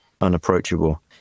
unapproachable